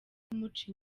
kumuca